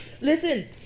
Listen